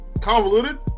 Convoluted